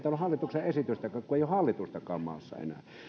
hallituksen esitystäkään kun ei ole hallitustakaan maassa enää